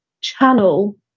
channel